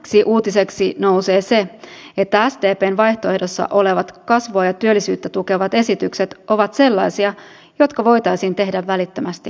kolmanneksi uutiseksi nousee se että sdpn vaihtoehdossa olevat kasvua ja työllisyyttä tukevat esitykset ovat sellaisia jotka voitaisiin tehdä välittömästi ensi vuonna